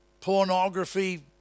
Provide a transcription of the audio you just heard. pornography